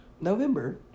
November